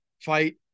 fight